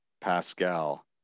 Pascal